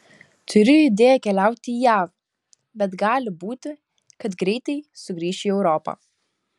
turiu idėją keliauti į jav bet gali būti kad greitai sugrįšiu į europą